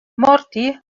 morti